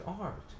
art